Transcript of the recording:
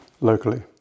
locally